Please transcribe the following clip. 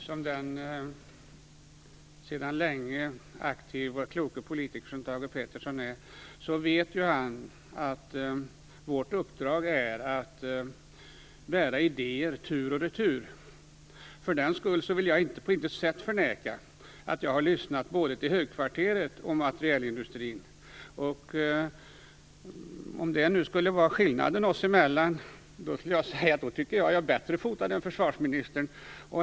Fru talman! Som den kloke och sedan länge aktive politiker Thage G Peterson är, vet han att vårt uppdrag är att bära idéer tur och retur. För den skull vill jag på intet sätt förneka att jag har lyssnat både till högkvarteret och till materielindustrin. Om det nu skulle vara skillnaden oss emellan, skulle jag vilja säga att jag är bättre fotad än försvarsministern.